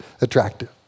attractive